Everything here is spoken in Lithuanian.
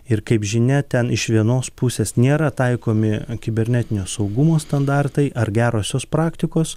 ir kaip žinia ten iš vienos pusės nėra taikomi kibernetinio saugumo standartai ar gerosios praktikos